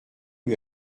lui